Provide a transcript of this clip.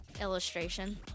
Illustration